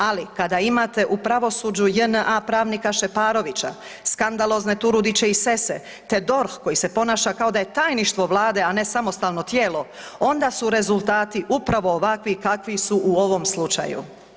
Ali kada imate u pravosuđu JNA pravnika Šeparovića, skandalozne Turudiće i Sese te DORH koji se ponaša kao da je tajništvo vlade, a ne samostalno tijelo onda su rezultati upravo ovakvi kakvi su u ovom slučaju.